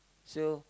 so